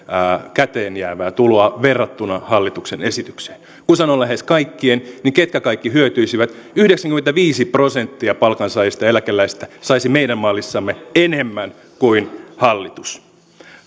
käteenjäävää tuloa verrattuna hallituksen esitykseen kun sanon lähes kaikkien niin ketkä kaikki hyötyisivät yhdeksänkymmentäviisi prosenttia palkansaajista ja eläkeläisistä saisi meidän mallissamme enemmän kuin hallitus